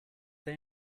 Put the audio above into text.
say